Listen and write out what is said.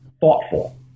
thoughtful